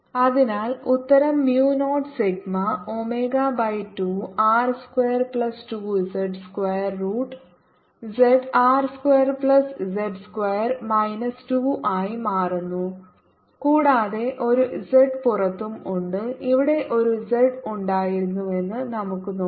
അതിനാൽ ഉത്തരം mu 0 sigma omega by 2 R square plus 2 z square root z R square plus z square minus 2 ആയി മാറുന്നു കൂടാതെ ഒരു z പുറത്തും ഉണ്ട് ഇവിടെ ഒരു z ഉണ്ടായിരുന്നുവെന്ന് നമുക്ക് നോക്കാം